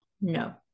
No